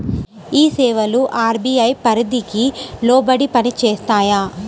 ఈ సేవలు అర్.బీ.ఐ పరిధికి లోబడి పని చేస్తాయా?